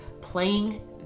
playing